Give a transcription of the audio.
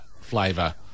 flavor